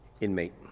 Inmate